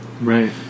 right